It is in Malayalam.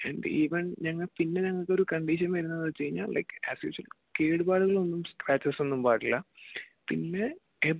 ആൻഡ് ഈവൻ ഞങ്ങക്ക് ഇങ്ങനെ ഞങ്ങക്കൊരു കണ്ടിഷൻ വരുന്നതെന്നുവെച്ചു കഴിഞ്ഞാൽ ലൈക് ആസ് യൂഷ്വൽ കേടുപാടുകളൊന്നും സ്ക്രാചസ് ഒന്നും പാടില്ലാ പിന്നേ എബോവ്